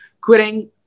quitting